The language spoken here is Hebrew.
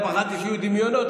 אז פחדתי שיהיו דמיונות,